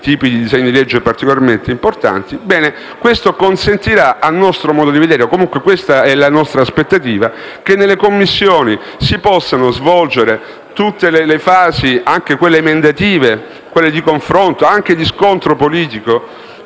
tipi di disegni di legge particolarmente importanti. Questo consentirà, a nostro modo di vedere - o almeno questa è la nostra aspettativa - che nelle Commissioni si possano svolgere tutte le fasi della discussione, anche quelle emendative, di confronto e di scontro politico,